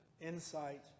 insight